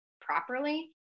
properly